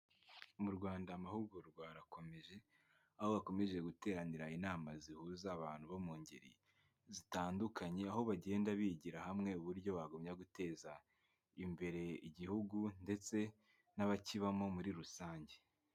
Mu Rwanda amahugurwa arakomeje, aho hakomeje guteranira inama zihuza abantu bo mu ngeri zitandukanye, aho bagenda bigira hamwe uburyo bagumya guteza imbere igihugu ndetse n'abakibamo muri rusange.